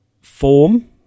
form